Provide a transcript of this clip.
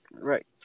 right